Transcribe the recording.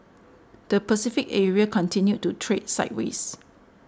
the Pacific area continued to trade sideways